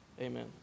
Amen